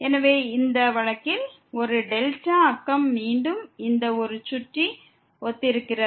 எனவே இந்த வழக்கில் ஒரு δ நெய்பர்ஹுட் மீண்டும் இதை ஒத்திருக்கிறது